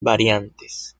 variantes